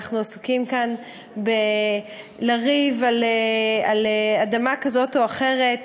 אנחנו עסוקים כאן בלריב על אדמה כזאת או אחרת.